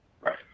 Right